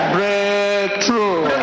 Breakthrough